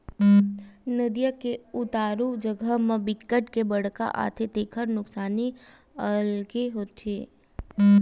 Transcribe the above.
नदिया के उतारू जघा म बिकट के बाड़ आथे तेखर नुकसानी अलगे होथे